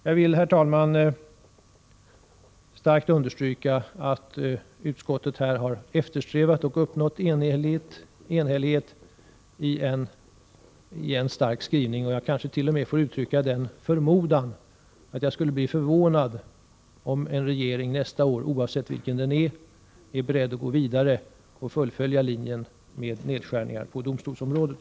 Jag vill, herr talman, understryka att utskottet här har eftersträvat och uppnått enhällighet i en stark skrivning. Jag kanske t.o.m. får uttrycka den uppfattningen att jag skulle bli förvånad om en regering nästa år — oavsett vilken den är — är beredd att gå vidare och fullfölja linjen med nedskärningar på domstolsområdet.